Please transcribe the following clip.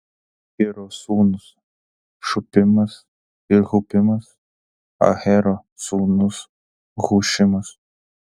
iro sūnūs šupimas ir hupimas ahero sūnus hušimas